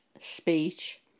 speech